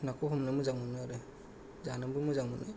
नाखौ हमनो मोजां मोनो आरो जानोबो मोजां मोनो